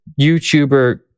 YouTuber